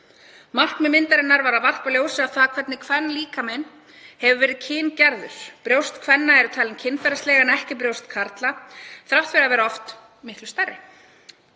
Markmið myndarinnar var að varpa ljósi á það hvernig líkaminn hefur verið kyngerður. Brjóst kvenna eru talin kynferðisleg en ekki brjóst karla þrátt fyrir að vera oft miklu stærri.